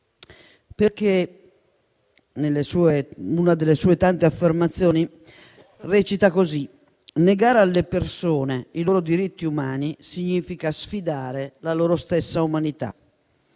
In una delle sue tante affermazioni ha così detto: «Negare alle persone i loro diritti umani significa sfidare la loro stessa umanità».